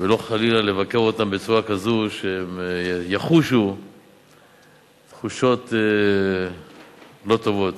ולא חלילה מבקר אותו בצורה כזאת שהוא יחוש תחושות לא טובות.